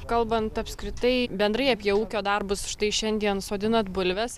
kalbant apskritai bendrai apie ūkio darbus štai šiandien sodinat bulves